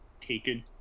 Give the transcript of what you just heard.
taken